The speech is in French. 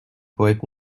pourraient